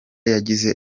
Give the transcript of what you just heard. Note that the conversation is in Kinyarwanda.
yagize